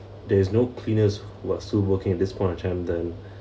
there's no cleaners what's who working at this point of time then